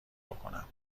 بکنم